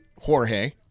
Jorge